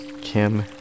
Kim